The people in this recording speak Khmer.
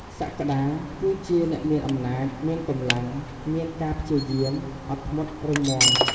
សក្តា គឺជាអ្នកមានអំណាច មានកម្លាំង មានការព្យាយាម អត់ធ្មត់ រឹងមាំ។